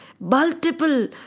Multiple